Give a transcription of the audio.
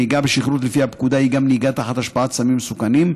נהיגה בשכרות לפי הפקודה היא גם נהיגה תחת השפעת סמים מסוכנים,